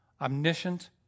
omniscient